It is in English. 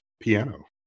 piano